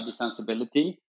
defensibility